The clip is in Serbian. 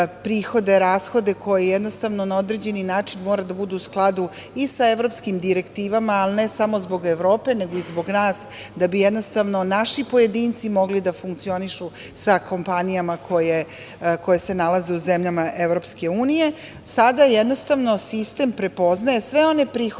prihode, rashode koje na određeni način moraju da budu u skladu i sa evropskim direktivama, ali ne samo zbog Evrope nego i zbog nas, da bi naši pojedinci mogli da funkcionišu sa kompanijama koje se nalaze u zemljama EU. Sada sistem prepoznaje sve one prihode